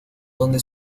donde